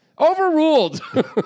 Overruled